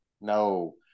No